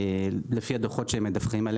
לפי הדוחות שהם מדווחים,